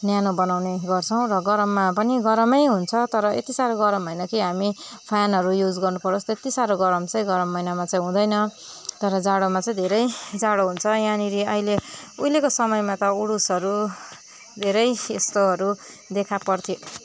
न्यानो बनाउने गर्छौँ र गरममा पनि गरमै हुन्छ तर यति साह्रो गरम होइन कि हामी फेनहरू युज गर्नु परोस् त्यति साह्रो गरम चाहिँ गरम महिनामा चाहिँ हुँदैन तर जाडोमा चाहिँ धेरै जाडो हुन्छ यहाँनिर अहिले उहिलेको समयमा त उडुसहरू धेरै यस्तोहरू देखा पर्थे